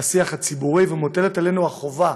השיח הציבורי, ומוטלת עלינו החובה,